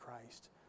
Christ